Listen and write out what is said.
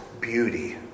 beauty